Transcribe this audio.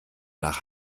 nach